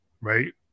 right